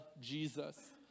Jesus